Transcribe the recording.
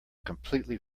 completely